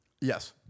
Yes